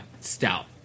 stout